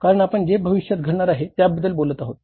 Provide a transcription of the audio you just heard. कारण आपण जे भविष्यात घडणार आहे त्याबद्दल येथे बोलत आहोत